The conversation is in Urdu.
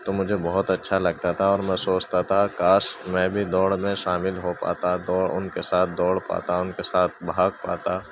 تو مجھے بہت اچھا لگتا تھا اور میں سوچتا تھا کاش میں بھی دوڑ میں شامل ہو پاتا تو ان کے ساتھ دوڑ پاتا ان کے ساتھ بھاگ پاتا